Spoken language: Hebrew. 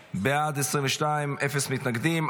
בעד, 22, אפס מתנגדים.